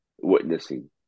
witnessing